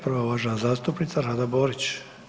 Prva je uvažena zastupnica Rada Borić.